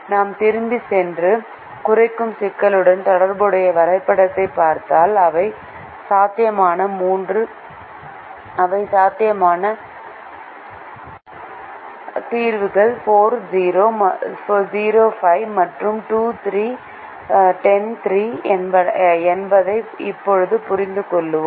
நாம் திரும்பிச் சென்று குறைக்கும் சிக்கலுடன் தொடர்புடைய வரைபடத்தைப் பார்த்தால் இவை சாத்தியமான மூன்று தீர்வுகள் 40 05 மற்றும் 2 310 3 என்பதை இப்போது புரிந்துகொள்கிறோம்